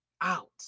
out